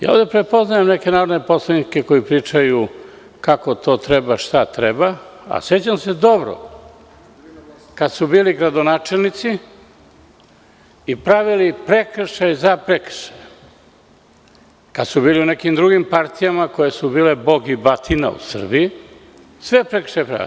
Prepoznajem neke narodne poslanike koji pričaju kako to treba, šta treba, a sećam se dobro kada su bili gradonačelnici i pravili prekršaj za prekršajem, kada su bili u nekim drugim partijama koje su bile bog i batina u Srbiji, sve prekršaje su pravili.